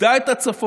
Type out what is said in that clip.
איבדה את הצפון,